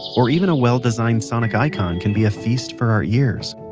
or even a well-designed sonic icon can be a feast for our ears.